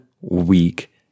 week